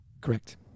correct